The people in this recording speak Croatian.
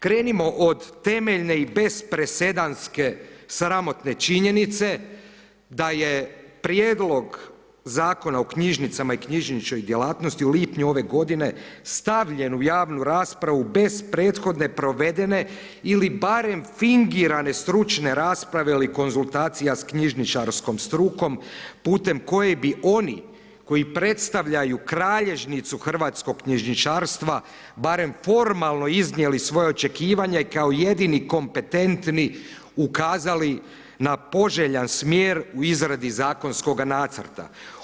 Krenimo od temeljne i bezpresedanske sramotne činjenice da je prijedlog Zakon o knjižnicama i knjižničnoj djelatnosti u lipnju ove godine stavljen u javnu raspravu bez prethodne provedene ili barem fingirane stručne rasprave ili konzultacija sa knjižničarskom strukom putem koje bi oni koji predstavljaju kralježnicu hrvatskog knjižničarstva, barem formalno iznijeli svoje očekivanje kao jedini kompetentni ukazali na poželjan smjer u izradi zakonskog nacrta.